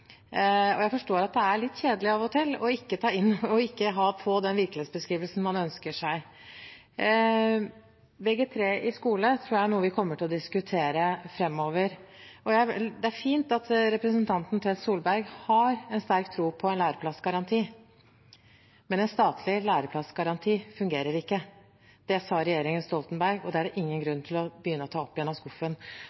om jeg forstår at det er litt kjedelig av og til å ikke få den virkelighetsbeskrivelsen man ønsker seg. Vg3 i skole tror jeg er noe vi kommer til å diskutere framover. Det er fint at representanten Tvedt Solberg har sterk tro på en læreplassgaranti, men en statlig læreplassgaranti fungerer ikke. Det sa regjeringen Stoltenberg, og det er det ingen